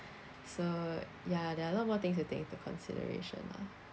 so ya there are a lot more things to take into consideration lah